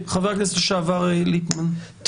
חבר הכנסת לשעבר ליפמן, בבקשה.